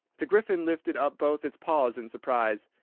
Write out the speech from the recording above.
the gryphon lifted up both its paws in surprise.